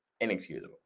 Inexcusable